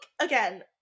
again